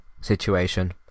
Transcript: situation